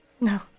No